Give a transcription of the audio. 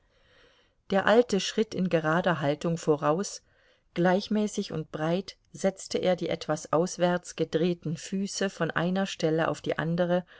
der alte schritt in gerader haltung voraus gleichmäßig und breit setzte er die etwas auswärts gedrehten füße von einer stelle auf die andere